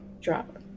drop